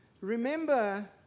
remember